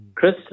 Chris